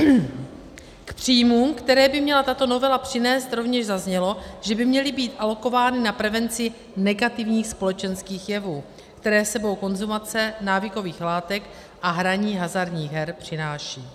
K příjmům, které by měla tato novela přinést, rovněž zaznělo, že by měly být alokovány na prevenci negativních společenských jevů, které s sebou konzumace návykových látek a hraní hazardních her přináší.